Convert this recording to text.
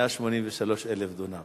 183,000 דונם.